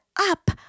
up